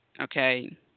okay